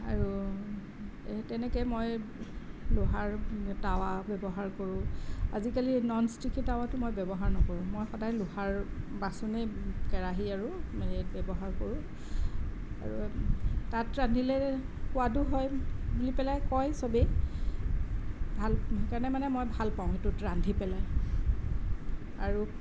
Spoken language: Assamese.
আৰু তেনেকেই মই লোহাৰ টাৱা ব্যৱহাৰ কৰোঁ আজিকালি ননষ্টিকি টাৱাটো মই ব্যৱহাৰ নকৰোঁ মই সদায় লোহাৰ বাচনেই কেৰাহী আৰু এই ব্যৱহাৰ কৰোঁ আৰু তাত ৰান্ধিলে সোৱাদো হয় বুলি পেলাই কয় চবেই ভাল সেইকাৰণে মানে মই ভালপাওঁ সেইটোত ৰান্ধি পেলাই আৰু